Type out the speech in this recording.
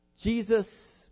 Jesus